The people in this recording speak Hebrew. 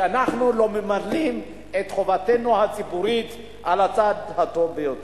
כי אנחנו לא ממלאים את חובתנו הציבורית על הצד הטוב ביותר.